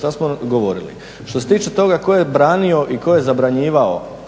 šta smo govorili. Što se tiče toga tko je branio i tko je zabranjivao.